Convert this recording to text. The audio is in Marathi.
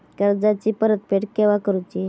कर्जाची परत फेड केव्हा करुची?